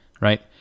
right